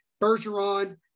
Bergeron